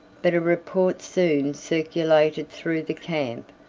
but a report soon circulated through the camp,